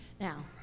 Now